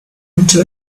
into